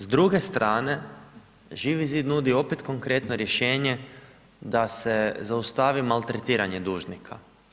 S druge strane Živi zid nudi opet konkretno rješenje da se zaustavi maltretiranje dužnika.